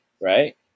right